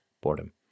boredom